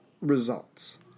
results